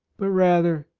but rather,